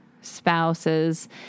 spouses